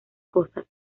cosas